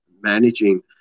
managing